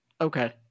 okay